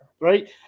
right